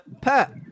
Pat